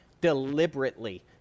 deliberately